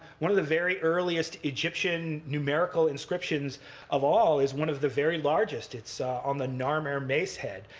one of the very earliest egyptian numerical inscriptions of all is one of the very largest. it's on the narmer macehead.